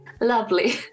Lovely